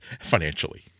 financially